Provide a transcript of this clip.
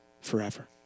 forever